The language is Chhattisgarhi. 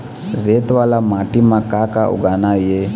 रेत वाला माटी म का का उगाना ये?